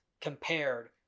compared